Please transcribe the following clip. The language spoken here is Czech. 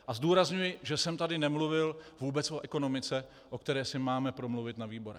A zdůrazňuji, že jsem tady nemluvil vůbec o ekonomice, o které si máme promluvit na výborech.